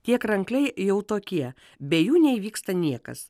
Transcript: tie krankliai jau tokie be jų neįvyksta niekas